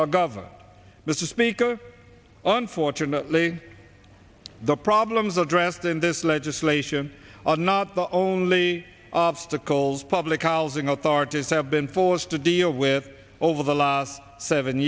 are governed mr speaker unfortunately the problems addressed in this legislation are not the only obstacle public housing authorities have been forced to deal with over the last seven